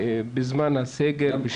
בזמן הסגר.